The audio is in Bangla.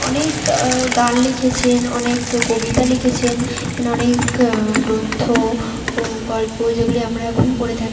অনেক গান লিখেছেন অনেক কবিতা লিখেছেন অনেক গ্রন্থ ও গল্প যেগুলি আমরা এখন পড়ে থাকি